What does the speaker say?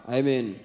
Amen